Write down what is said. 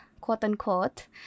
quote-unquote